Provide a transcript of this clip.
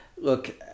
look